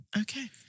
Okay